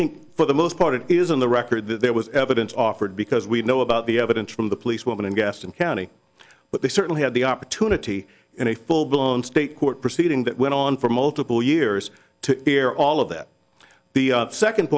think for the most part it is on the record that there was evidence offered because we know about the evidence from the policewoman and gaston county but they certainly had the opportunity in a full blown state court proceeding that went on for multiple years to hear all of that the second